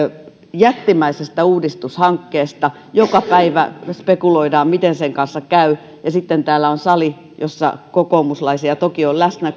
jättimäisestä uudistushankkeesta ja joka päivä spekuloidaan miten sen kanssa käy ja sitten täällä on sali jossa kokoomuslaisia toki on läsnä